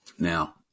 Now